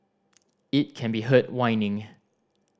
it can be heard whining